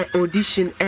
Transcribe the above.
audition